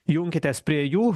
junkitės prie jų